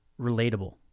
relatable